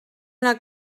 una